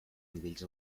nivells